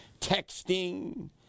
Texting